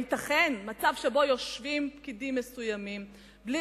הייתכן מצב שיושבים פקידים מסוימים בלי